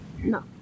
No